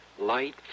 Light